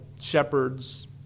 shepherds